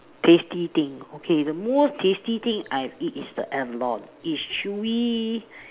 tasty thing okay the most tasty thing I've ate is the abalone it's chewy